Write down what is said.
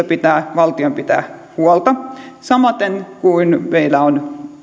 pitää valtion pitää huolta samaten kuin meillä on